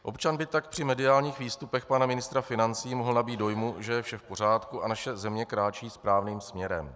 Občan by tak při mediálních výstupech pana ministra financí mohl nabýt dojmu, že je vše v pořádku a naše země kráčí správným směrem.